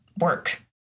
work